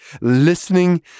listening